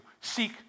Seek